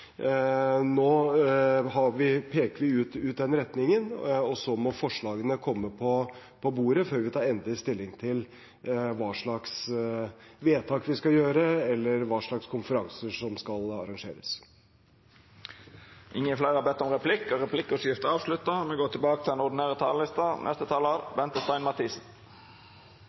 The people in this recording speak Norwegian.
vi ut den retningen, og så må forslagene komme på bordet før vi tar endelig stilling til hva slags vedtak vi skal gjøre, eller hva slags konferanser som skal arrangeres.